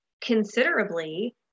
considerably